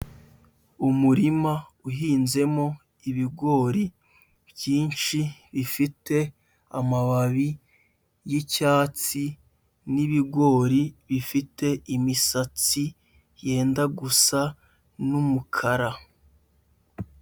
Umurima uhinzemo ibigori byinshi bifite amababi y'icyatsi n'ibigori bifite imisatsi yenda gusa n'umukara.